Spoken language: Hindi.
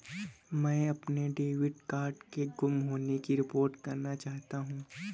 मैं अपने डेबिट कार्ड के गुम होने की रिपोर्ट करना चाहता हूँ